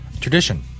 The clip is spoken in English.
Tradition